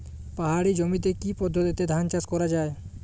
পাহাড়ী জমিতে কি পদ্ধতিতে ধান চাষ করা যায়?